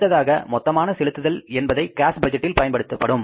அடுத்ததாக மொத்தமான செலுத்துதல் என்பதை கேஸ் பட்ஜெட்டில் பயன்படுத்தப்படும்